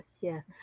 Yes